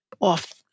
off-